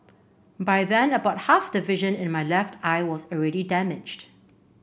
by then about half the vision in my left eye was already damaged